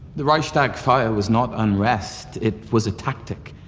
the reichstag fire was not unrest. it was a tactic.